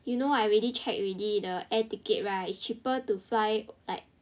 you know I already check already the air ticket right is cheaper to fly like